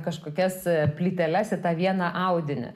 kažkokias plyteles į tą vieną audinį